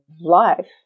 life